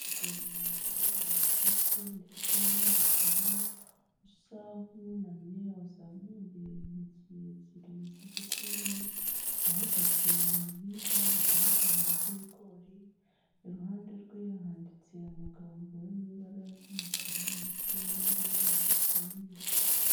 Umugabo wambaye ikote ndetse n'ingofero, usa nk'uwunamye, wazamuye intoki ebyiri z'igikumwe, ahagaze mu bihingwa bigaragara nk'ibigori, iruhande rwe handitse amagambo yo mu ibara ry'umukara ndetse n'ari mu ibara ry'umweru.